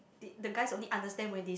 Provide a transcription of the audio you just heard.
th~ the guys only understand when they